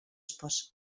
esposo